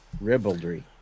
ribaldry